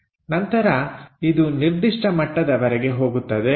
ನಂತರ ಇದು ನಿರ್ದಿಷ್ಟ ಮಟ್ಟದವರೆಗೆ ಹೋಗುತ್ತದೆ